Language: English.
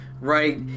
right